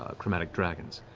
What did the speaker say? ah chromatic dragons.